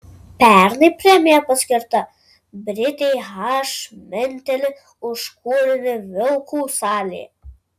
pernai premija paskirta britei h manteli už kūrinį vilkų salė